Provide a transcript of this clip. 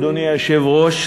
אדוני היושב-ראש,